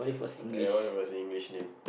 uh what if it was an english name